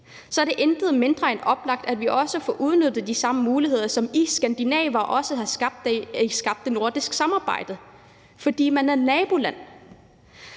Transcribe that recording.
er det intet mindre end oplagt, at vi også får udnyttet de samme muligheder, som I skandinaver også har udnyttet, da I skabte det nordiske samarbejde, fordi man er naboland.